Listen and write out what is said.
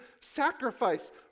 sacrifice